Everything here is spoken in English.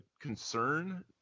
concern